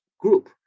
Group